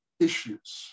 issues